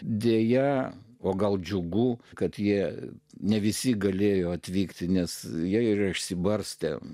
deja o gal džiugu kad jie ne visi galėjo atvykti nes jie ir išsibarstę